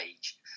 age